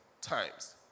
times